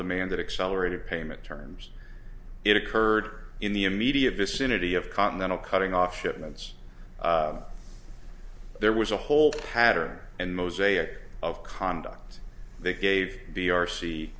demand that accelerated payment terms it occurred in the immediate vicinity of continental cutting off shipments there was a whole pattern and mosaic of conduct they gave